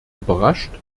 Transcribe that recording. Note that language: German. überrascht